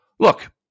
Look